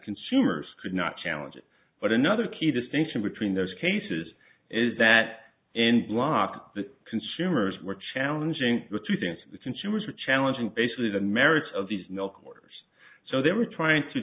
consumers could not challenge it but another key distinction between those cases is that and block that consumers were challenging the two things that consumers were challenging basically the merits of these milk orders so they were trying to